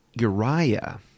Uriah